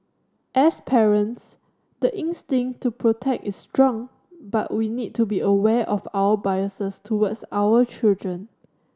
as parents the instinct to protect is strong but we need to be aware of our biases towards our children